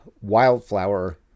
wildflower